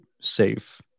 safe